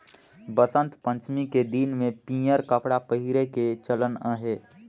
बसंत पंचमी के दिन में पीयंर कपड़ा पहिरे के चलन अहे